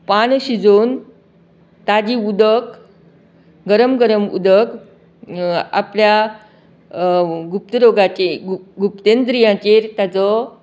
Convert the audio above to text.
पानां सिजोवन ताजी उदक गरम गरम उदक आपल्या गुप्तरोगाचे गु गुप्इंद्रीयाचेर ताजो